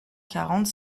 quarante